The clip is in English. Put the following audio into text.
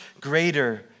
greater